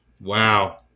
Wow